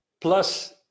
plus